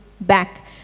back